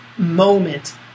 moment